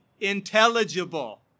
intelligible